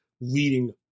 leading